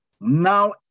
now